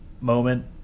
moment